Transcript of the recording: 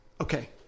Okay